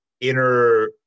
inner